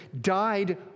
died